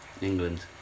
England